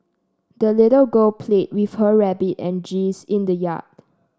the little girl played with her rabbit and geese in the yard